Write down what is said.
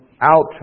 out